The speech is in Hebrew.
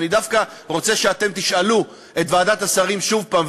אני דווקא רוצה שאתם תשאלו את ועדת השרים שוב פעם,